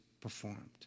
performed